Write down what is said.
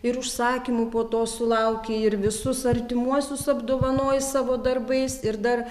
ir užsakymų po to sulauki ir visus artimuosius apdovanoji savo darbais ir dar